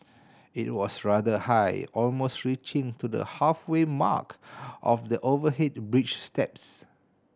it was rather high almost reaching to the halfway mark of the overhead bridge steps